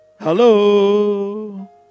Hello